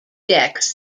decks